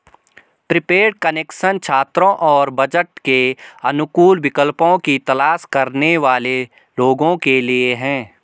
prepaid connection छात्रों और budget के अनुकूल विकल्पों की तलाश करने वाले लोगों के लिए है